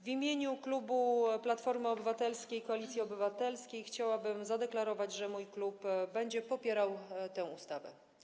W imieniu klubu Platformy Obywatelskiej - Koalicji Obywatelskiej chciałabym zadeklarować, że mój klub będzie popierał tę ustawę.